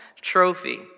trophy